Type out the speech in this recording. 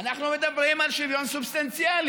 אנחנו מדברים על שוויון סובסטנציאלי,